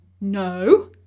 No